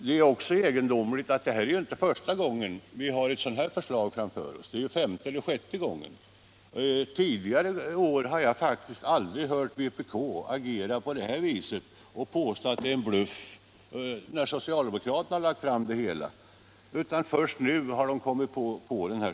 Det är inte heller första gången som vi har förelagts ett sådant här förslag, utan detta sker nu för femte eller sjätte gången. Men egendomligt nog har jag vid tidigare tillfällen, när socialdemokraterna lagt fram förslagen, aldrig hört vpk agera på detta sätt och påstå att det är fråga om en bluff. Det har man först nu kommit på.